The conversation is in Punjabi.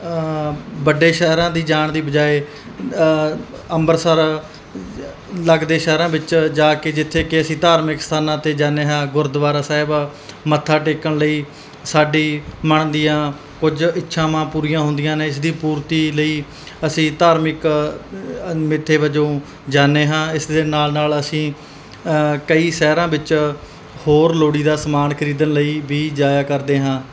ਵੱਡੇ ਸ਼ਹਿਰਾਂ ਦੀ ਜਾਣ ਦੀ ਬਜਾਏ ਅੰਬਰਸਰ ਲੱਗਦੇ ਸ਼ਹਿਰਾਂ ਵਿੱਚ ਜਾ ਕੇ ਜਿੱਥੇ ਕਿ ਅਸੀਂ ਧਾਰਮਿਕ ਸਥਾਨਾਂ 'ਤੇ ਜਾਂਦੇ ਹਾਂ ਗੁਰਦੁਆਰਾ ਸਾਹਿਬ ਮੱਥਾ ਟੇਕਣ ਲਈ ਸਾਡੇ ਮਨ ਦੀਆਂ ਕੁਝ ਇੱਛਾਵਾਂ ਪੂਰੀ ਹੁੰਦੀਆਂ ਨੇ ਇਸਦੀ ਪੂਰਤੀ ਲਈ ਅਸੀਂ ਧਾਰਮਿਕ ਮਿਥੇ ਵਜੋਂ ਜਾਂਦੇ ਹਾਂ ਇਸ ਦੇ ਨਾਲ ਨਾਲ ਅਸੀਂ ਕਈ ਸ਼ਹਿਰਾਂ ਵਿੱਚ ਹੋਰ ਲੋੜੀਂਦਾ ਸਮਾਨ ਖਰੀਦਣ ਲਈ ਵੀ ਜਾਇਆ ਕਰਦੇ ਹਾਂ